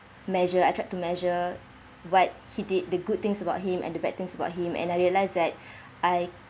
measure I tried to measure what he did the good things about him and the bad things about him and I realise that I